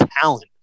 talent